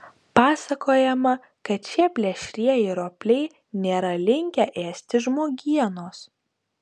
pasakojama kad šie plėšrieji ropliai nėra linkę ėsti žmogienos